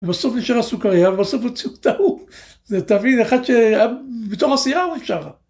ובסוף נשאר הסוכריה ובסוף הוציאו את ההוא. זה תבין, אחת שבתוך עשייה הוא אפשר.